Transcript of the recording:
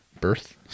birth